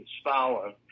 Stalin